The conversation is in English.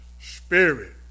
spirit